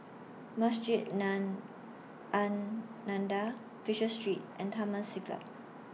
Masjid Nam An Fisher Street and Taman Siglap